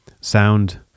Sound